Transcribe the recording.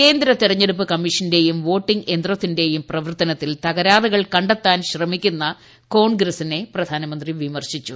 കേന്ദ്ര തെരഞ്ഞെടുപ്പ് കമ്മിഷന്റെയും വോട്ടിംഗ് യന്ത്രത്തിന്റെയും പ്രവർത്തനത്തിൽ തകരാറുകൾ ക ത്താൻ ശ്രമിക്കുന്ന കോൺഗ്രസിനെ പ്രധാനമന്ത്രി വിമർശിച്ചു